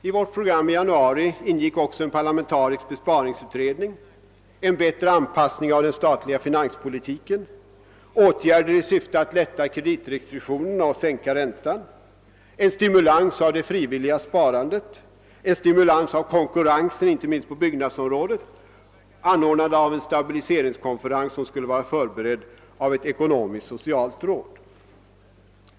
I vårt program, som vi lade fram i januari, ingick också en parlamentarisk besparingsutredning, en bättre anpassning av den statliga finanspolitiken, åtgärder i syfte att lätta kreditrestriktionerna och sänka räntan, stimulans av det frivilliga sparandet, en stimulans av konkurrensen inte minst på byggnadsområdet och anordnandet av en stabiliseringskonferens som skulle vara förberedd av ett ekonomisksocialt råd.